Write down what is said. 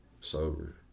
sober